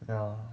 ya